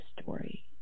story